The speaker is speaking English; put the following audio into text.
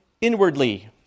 inwardly